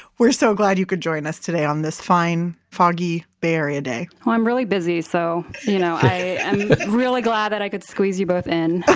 we're so glad you could join us today on this fine, foggy bay area day i'm really busy, so you know i am really glad that i could squeeze you both in